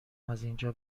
ازاینجا